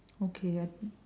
okay I think